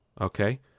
Okay